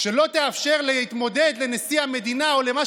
שלא תאפשר להתמודד לנשיאות המדינה או למה